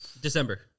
December